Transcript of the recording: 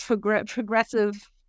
progressive